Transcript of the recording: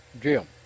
Jim